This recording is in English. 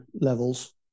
levels